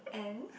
and